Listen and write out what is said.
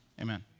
amen